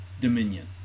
dominion